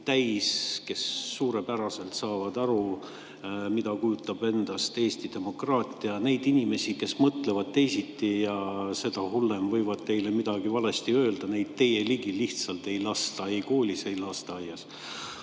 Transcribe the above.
kes suurepäraselt saavad aru, mida kujutab endast Eesti demokraatia. Neid inimesi, kes mõtlevad teisiti, või veel hullem, võivad teile midagi valesti öelda, teie ligi lihtsalt ei lasta – ei koolis ega lasteaias.